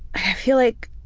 i feel like